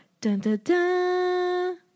Dun-dun-dun